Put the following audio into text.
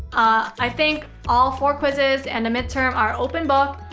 i think all four quizzes and the midterm are open book.